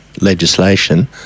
legislation